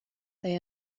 they